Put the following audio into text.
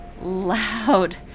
loud